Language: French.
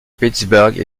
pittsburgh